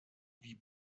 wie